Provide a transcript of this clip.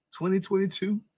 2022